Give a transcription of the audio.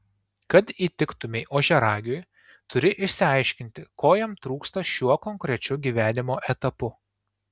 kad įtiktumei ožiaragiui turi išsiaiškinti ko jam trūksta šiuo konkrečiu gyvenimo etapu